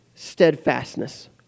steadfastness